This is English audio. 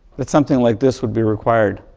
that something like this would be required?